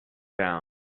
down